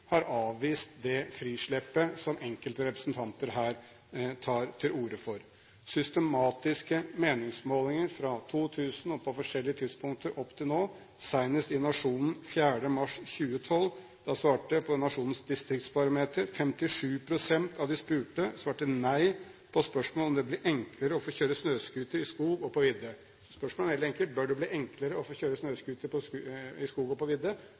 har avvist det frisleppet som enkelte representanter her tar til orde for. Det viser systematiske meningsmålinger fra 2000 og på forskjellige tidspunkter opp til nå, senest i Nationen 5. mars 2012. Da svarte 57 pst. av de spurte i Nationens distriktsbarometer nei på spørsmålet om det burde bli enklere å få kjøre snøscooter i skog og på vidde. Spørsmålet var veldig enkelt: Bør det bli enklere å få lov til å kjøre snøscooter i skogen og på